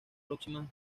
próximas